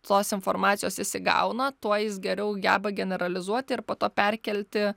tos informacijos jis įgauna tuo jis geriau geba generalizuoti ir po to perkelti